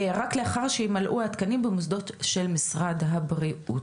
רק לאחר שימלאו התקנים במוסדות של משרד הבריאות.